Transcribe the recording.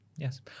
Yes